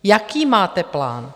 Jaký máte plán?